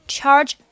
Charge